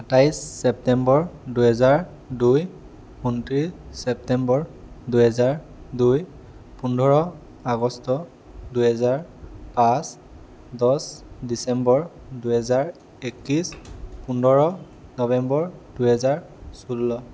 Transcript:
সাতাইছ ছেপ্তেম্বৰ দুহেজাৰ দুই ঊনত্ৰিছ ছেপ্তেম্বৰ দুহেজাৰ দুই পোন্ধৰ আগষ্ট দুহেজাৰ পাঁচ দহ ডিচেম্বৰ দুহেজাৰ একত্ৰিছ পোন্ধৰ নৱেম্বৰ দুহেজাৰ ষোল্ল